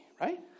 right